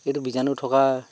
এইটো বীজাণু থকা